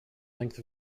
length